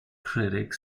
critic